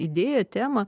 idėją temą